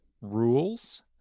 rules